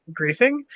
griefing